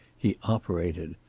he operated.